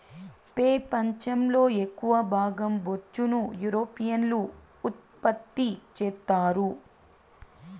పెపంచం లో ఎక్కవ భాగం బొచ్చును యూరోపియన్లు ఉత్పత్తి చెత్తారు